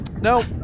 No